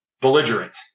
Belligerent